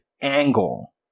angle